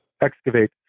excavate